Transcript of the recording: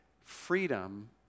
freedom